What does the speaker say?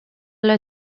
los